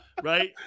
right